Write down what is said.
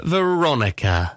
Veronica